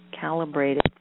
calibrated